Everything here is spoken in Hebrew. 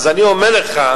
אז אני אומר לך,